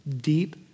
deep